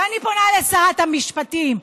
ואני פונה לשרת המשפטים: